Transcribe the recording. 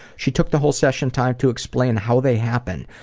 she took the whole session time to explain how they happen.